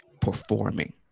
performing